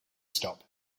stop